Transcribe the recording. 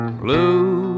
blue